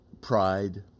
pride